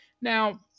now